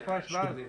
איפה ההשוואה הזאת?